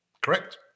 Correct